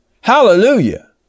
Hallelujah